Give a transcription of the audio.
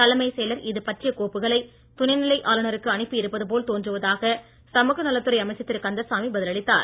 தலைமைச் செயலர் இதுபற்றிய கோப்புகளை துணைநிலை ஆளுநருக்கு அனுப்பி இருப்பதுபோல் தோன்றுவதாக சமூகநலத்துறை அமைச்சர் திரு கந்தசாமி பதிலளித்தார்